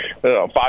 five